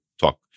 talk